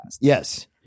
Yes